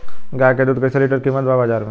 गाय के दूध कइसे लीटर कीमत बा बाज़ार मे?